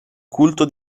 culto